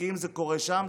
כי אם זה קורה שם,